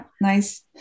nice